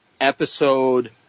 episode